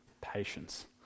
patience